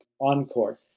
Encore